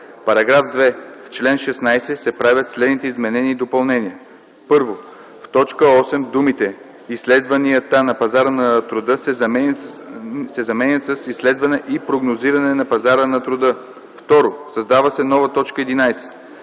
§ 2: „§ 2. В чл. 16 се правят следните изменения и допълнения: 1. В т. 8 думите „изследванията на пазара на труда” се заменят с „изследване и прогнозиране на пазара на труда”. 2. Създава се нова т. 11: